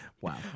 Wow